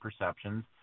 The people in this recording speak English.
perceptions